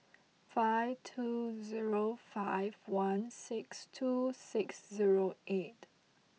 five two zero five one six two six zero eight